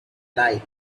night